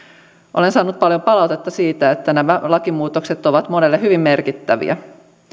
olen saanut paljon palautetta siitä että nämä lakimuutokset ovat monelle hyvin merkittäviä